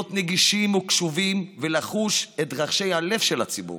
להיות נגישים וקשובים ולחוש את רחשי הלב של הציבור,